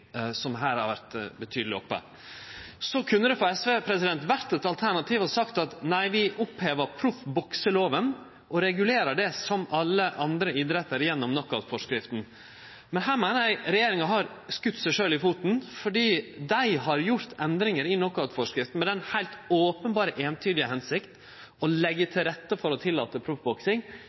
opp her. Det kunne for SV vore eit alternativ å seie at ein opphevar proffbokselova og regulerer det som alle andre idrettar gjennom knockoutforskrifta. Her meiner eg at regjeringa har skote seg sjølv i foten, for ein har gjort endringar i knockoutforskrifta med det heilt openberre, eintydige føremålet å leggje til rette for å tillate proffboksing,